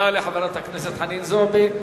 תודה לחברת הכנסת חנין זועבי.